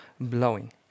blowing